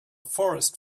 forest